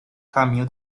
caminho